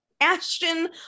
ashton